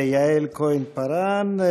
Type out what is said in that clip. יעל כהן-פארן,